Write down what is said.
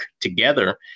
together